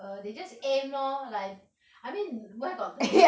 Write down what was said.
err they just aim lor like I mean where got